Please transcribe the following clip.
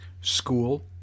School